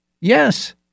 Yes